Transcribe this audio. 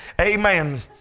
Amen